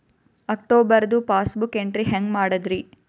ಅಕ್ಟೋಬರ್ದು passbook entry ಹೆಂಗ್ ಮಾಡದ್ರಿ?